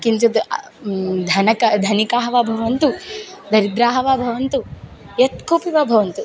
किञ्चित् धनिकाः धनिकाः वा भवन्तु दरिद्राः वा भवन्तु यत्कोपि वा भवन्तु